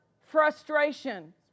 frustration